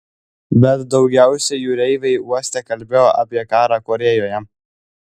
bet daugiausiai jūreiviai uoste kalbėjo apie karą korėjoje